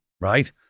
right